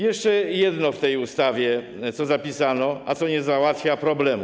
Jeszcze jedno w tej ustawie, co zapisano, a co nie załatwia problemu.